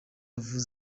avuga